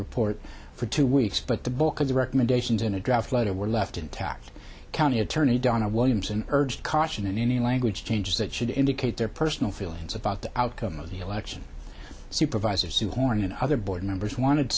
report for two weeks but the bulk of the recommendations in a draft letter were left intact county attorney donna williams and urged caution in any language changes that should indicate their personal feelings about the outcome of the election supervisors who horne and other board members wanted